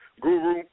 Guru